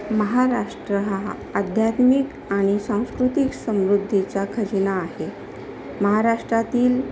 महाराष्ट्र हा आध्यात्मिक आणि सांस्कृतिक समृद्धीचा खजिना आहे महाराष्ट्रातील